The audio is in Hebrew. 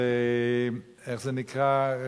איך זה נקרא?